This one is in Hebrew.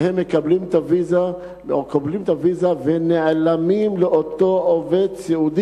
והם מקבלים את הוויזה ונעלמים לאותו סיעודי,